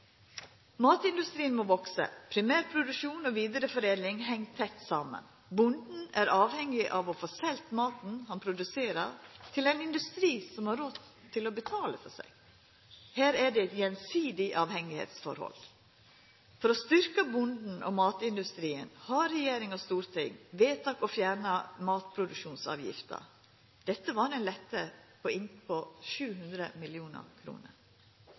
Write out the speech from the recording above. Matindustrien må veksa. Primærproduksjon og vidareforedling heng tett saman. Bonden er avhengig av å få selt maten han produserer til ein industri som har råd til å betala for seg. Her er det ein gjensidig avhengnad. For å styrkja bonden og matindustrien har regjeringa og Stortinget vedteke å fjerna avgifta på matproduksjon. Dette var ei lette på nesten 700